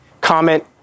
comment